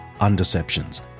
undeceptions